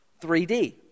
3D